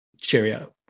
cheerio